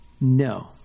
No